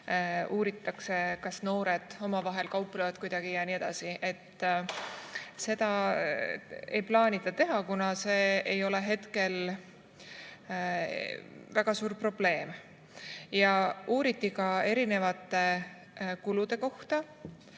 uuritakse, kas noored omavahel kauplevad nendega kuidagi, ja nii edasi. Seda ei plaanita teha, kuna see ei ole praegu väga suur probleem. Ja uuriti ka erinevate kulude kohta,